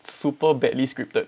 super badly scripted